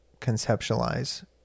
conceptualize